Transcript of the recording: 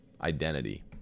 identity